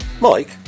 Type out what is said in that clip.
Mike